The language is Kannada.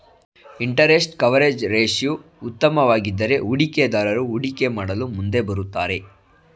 ಇಂಟರೆಸ್ಟ್ ಕವರೇಜ್ ರೇಶ್ಯೂ ಉತ್ತಮವಾಗಿದ್ದರೆ ಹೂಡಿಕೆದಾರರು ಹೂಡಿಕೆ ಮಾಡಲು ಮುಂದೆ ಬರುತ್ತಾರೆ